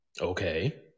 Okay